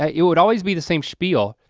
ah it would always be the same spiel.